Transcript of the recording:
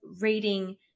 reading